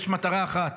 יש מטרה אחת: